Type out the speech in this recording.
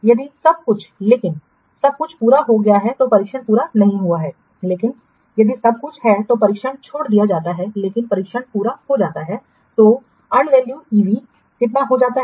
यदि सब कुछ लेकिन सब कुछ पूरा हो गया है तो परीक्षण पूरा नहीं हुआ है लेकिन यदि सब कुछ है तो परीक्षण छोड़ दिया जाता है लेकिन परीक्षण पूरा हो जाता है तो ईवी कितना हो जाता है